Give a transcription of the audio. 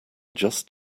just